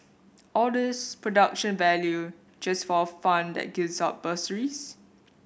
all this production value just for a fund that gives out bursaries